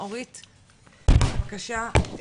אורית, בבקשה.